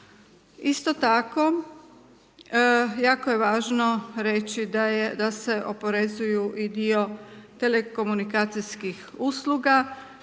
Isto tako jako je važno reći da se oporezuju i dio telekomunikacijskih usluga,